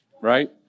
right